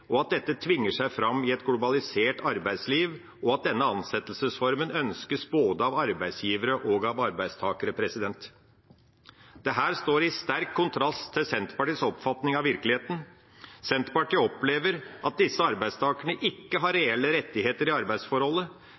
begrensninger, at dette tvinger seg fram i et globalisert arbeidsliv, og at denne ansettelsesformen ønskes av både arbeidsgivere og arbeidstakere. Dette står i sterk kontrast til Senterpartiets oppfatning av virkeligheten. Senterpartiet opplever at disse arbeidstakerne ikke har reelle rettigheter i arbeidsforholdet,